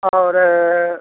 और